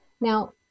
Now